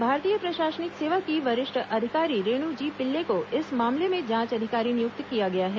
भारतीय प्रशासनिक सेवा की वरिष्ठ अधिकारी रेणु जी पिल्ले को इस मामले में जांच अधिकारी नियुक्त किया गया है